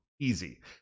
Easy